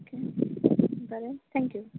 okay जालें thank you